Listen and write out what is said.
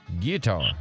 Guitar